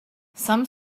some